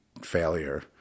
failure